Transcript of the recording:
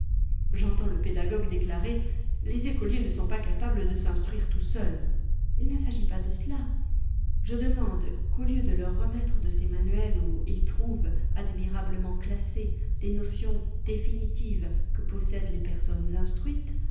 j'entends le pédagogue déclarer les écoliers ne sont pas capables de s'instruire tout seuls ii ne s'agit pas de cela je demande qu'au lieu de leur remettre de ces manuels où ils trouvent admirablement classées les notions définitives que possèdent les personnes instruites